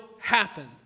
happen